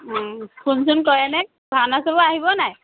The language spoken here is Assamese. ফোন চোন কৰেনে ভাওনা চাব আহিব নাই